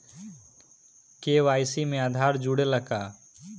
KYC में आधार जुड़े ला का?